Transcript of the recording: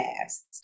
past